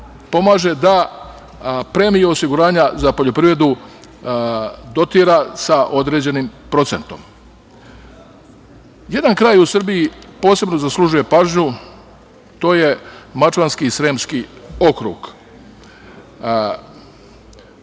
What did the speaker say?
da premije osiguranja za poljoprivredu dotira sa određenim procentom. Jedan kraj u Srbiji posebno zaslužuje pažnju, a to je mačvanski i sremski okrug.